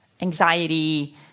anxiety